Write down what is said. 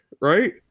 right